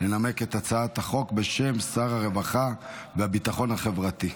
לנמק את הצעת החוק בשם שר הרווחה והביטחון החברתי.